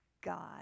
God